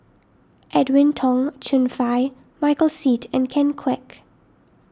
Edwin Tong Chun Fai Michael Seet and Ken Kwek